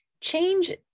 change